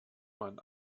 man